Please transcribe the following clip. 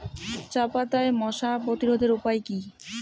চাপাতায় মশা প্রতিরোধের উপায় কি?